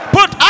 Put